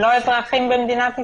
הם לא אזרחים במדינת ישראל?